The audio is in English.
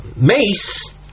mace